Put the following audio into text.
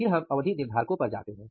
फिर हम अवधि निर्धारकों पर जाते हैं